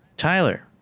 Tyler